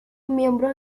miembros